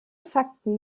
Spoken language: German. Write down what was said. fakten